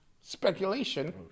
speculation